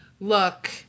look